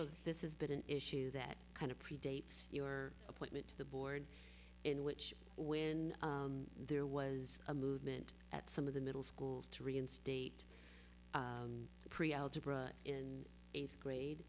o this has been an issue that kind of predates your appointment to the board in which when there was a movement at some of the middle schools to reinstate pre algebra in eighth grade